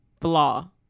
flaw